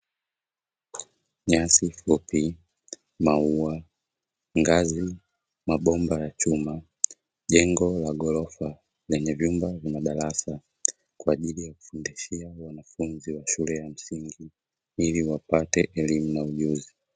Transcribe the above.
Nyasi fupi, maua, ngazi, mabomba ya chuma, jengo la ghorofa lenye vyumba na madarasa kwa ajili ya kufundishia wanafunzi wa shule ya msingi ili wapate elimu na ujuzi.